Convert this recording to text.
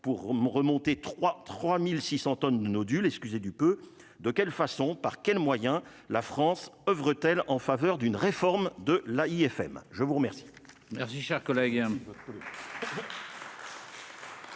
pour me remonter 3 3600 tonnes nodules, excusez du peu, de quelle façon, par quel moyen la France oeuvre-t-elle en faveur d'une réforme de la IFM, je vous remercie. Merci, cher collègue,